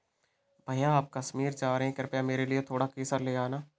भैया आप कश्मीर जा रहे हैं कृपया मेरे लिए थोड़ा केसर ले आना